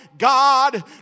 God